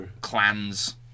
clans